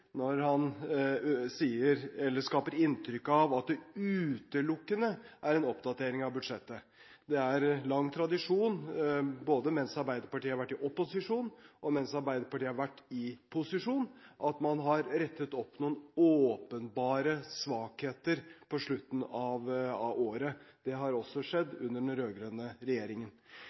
når han skaper inntrykk av at det utelukkende er en oppdatering av budsjettet. Det er lang tradisjon, både mens Arbeiderpartiet har vært i opposisjon, og mens de har vært i posisjon, at man har rettet opp noen åpenbare svakheter på slutten av året. Det har også skjedd under den rød-grønne regjeringen.